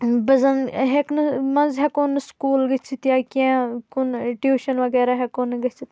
بہٕ زن ہیکنہٕ منٛز ہیکو نہٕ سکوٗل گژھِتھ یا کینٛہہ کُن ٹِیوٗشن وغیرہ ہیکو نہٕ گژھِتھ